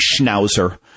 schnauzer